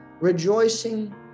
rejoicing